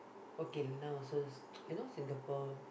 okay now so you know Singapore